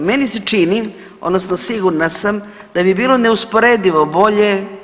Meni se čini odnosno sigurna sam da bi bilo neusporedivo bolje.